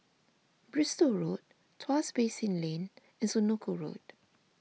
Bristol Road Tuas Basin Lane and Senoko Road